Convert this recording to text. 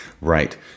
Right